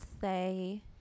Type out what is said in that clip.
say